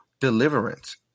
deliverance